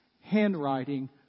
handwriting